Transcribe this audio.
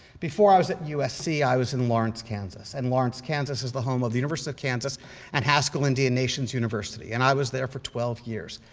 before i was at usc, i was in lawrence, kansas. and lawrence, kansas, is the home of the university of kansas and haskell indian nations university. and i was there for twelve years,